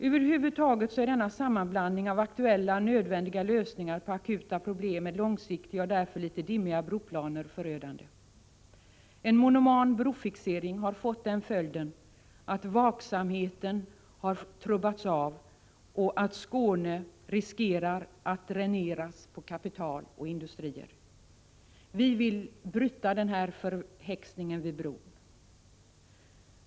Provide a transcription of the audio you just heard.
Över huvud taget är denna sammanblandning av aktuella och nödvändiga lösningar på akuta problem med långsiktiga och därför litet dimmiga broplaner förödande. En monoman brofixering har fått den följden att vaksamheten har trubbats av och att Skåne riskerar att dräneras på kapital och industrier. Vi vill bryta den här förhäxningen vid bron.